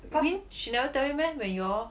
you mean she never tell you all meh when you all